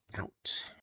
out